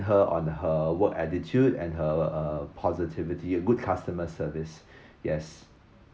her on her work attitude and her uh positivity a good customer service yes